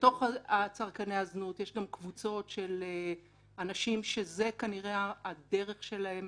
יש גם קבוצות של אנשים שזו כנראה הדרך שלהם